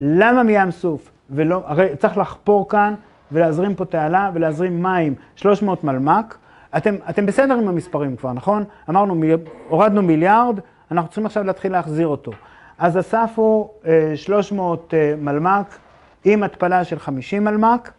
למה מים סוף ולא, הרי צריך לחפור כאן ולהזרים פה תעלה ולהזרים מים 300 מלמק. אתם בסדר עם המספרים כבר, נכון? אמרנו, הורדנו מיליארד, אנחנו צריכים עכשיו להתחיל להחזיר אותו. אז הסף הוא 300 מלמק עם התפלה של 50 מלמק.